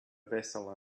vessel